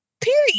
Period